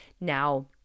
Now